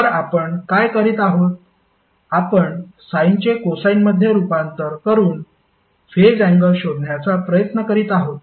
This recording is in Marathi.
तर आपण काय करीत आहोत आपण साइनचे कोसाइनमध्ये रूपांतर करून फेज अँगल शोधण्याचा प्रयत्न करीत आहोत